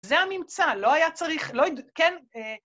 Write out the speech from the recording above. זו הממצא, לא היה צריך... כן?